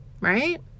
right